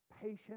patient